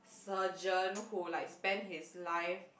surgeon who like spend his life